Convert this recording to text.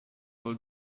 all